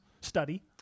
Study